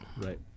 Right